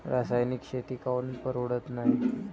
रासायनिक शेती काऊन परवडत नाई?